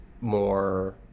more